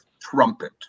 trumpet